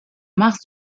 mars